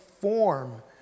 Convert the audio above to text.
form